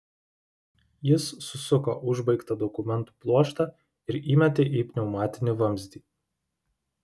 jis susuko užbaigtą dokumentų pluoštą ir įmetė į pneumatinį vamzdį